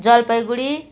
Jalpaiguri